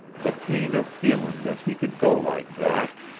the pain of feeling that he could go like that,